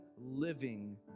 living